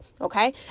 okay